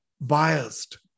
biased